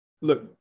look